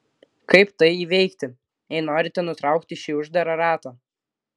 kaip tai įveikti jei norite nutraukti šį uždarą ratą